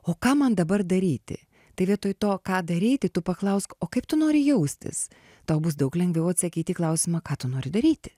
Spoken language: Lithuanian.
o ką man dabar daryti tai vietoj to ką daryti tu paklausk o kaip tu nori jaustis tau bus daug lengviau atsakyti į klausimą ką tu nori daryti